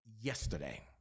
yesterday